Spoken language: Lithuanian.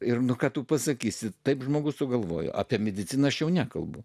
ir nu ką tu pasakysi taip žmogus sugalvojo apie mediciną aš jau nekalbu